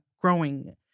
growing